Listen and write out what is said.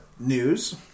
News